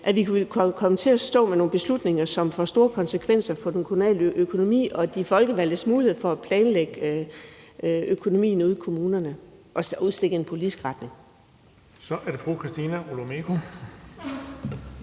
at vi ville komme til at stå med nogle beslutninger, som får store konsekvenser for den kommunale økonomi og de folkevalgtes mulighed for at planlægge økonomien ude i kommunerne og udstikke en politisk retning. Kl. 21:28 Den fg.